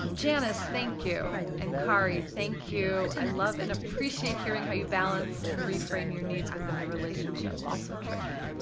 um janice, thank you. and kari, thank you. i love and appreciate hearing how you balance and reframe your needs within the relationship. also tricky.